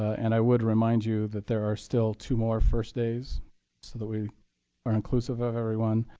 and i would remind you that there are still two more first days so that we are inclusive of everyone.